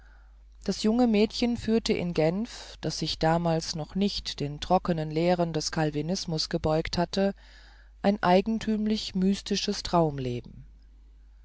das junge mädchen führte in genf das sich damals noch nicht den trockenen lehren des calvinismus gebeugt hatte ein eigenthümlich mystisches traumleben